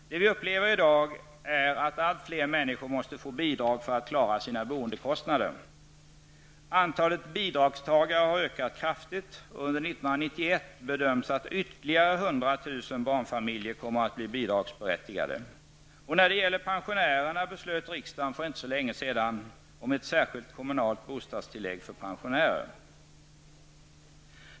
Det vi upplever i dag är att allt fler människor måste få bidrag för att klara sina boendekostnader. Antalet bidragstagare har ökat kraftigt. Under 1991 bedöms ytterligare 100 000 barnfamiljer bli bidragsberättigade. När det gäller pensionärerna beslöt riksdagen för inte så länge sedan om ett särskilt kommunalt bostadstillägg för pensionärer.